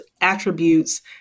attributes